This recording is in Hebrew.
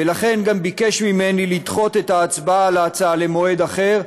ולכן גם ביקשת ממני לדחות את ההצבעה על ההצעה למועד אחר,